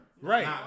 right